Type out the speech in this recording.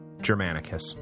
Germanicus